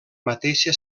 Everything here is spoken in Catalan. mateixa